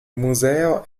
museo